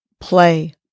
Play